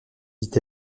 dit